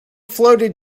floated